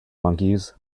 monkeys